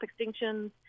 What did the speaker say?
extinctions